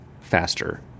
faster